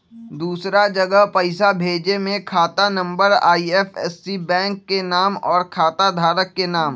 दूसरा जगह पईसा भेजे में खाता नं, आई.एफ.एस.सी, बैंक के नाम, और खाता धारक के नाम?